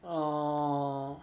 oh